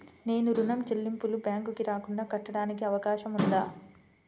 నేను ఋణం చెల్లింపులు బ్యాంకుకి రాకుండా కట్టడానికి అవకాశం ఉందా?